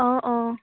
অঁ অঁ